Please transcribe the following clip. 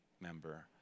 member